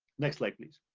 next slide please.